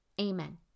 Amen